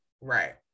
right